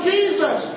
Jesus